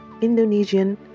Indonesian